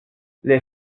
les